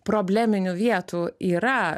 probleminių vietų yra